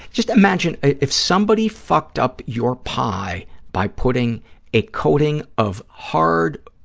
just imagine if somebody fucked up your pie by putting a coating of hard,